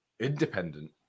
independent